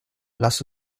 lasst